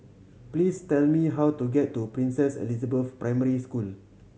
please tell me how to get to Princess Elizabeth Primary School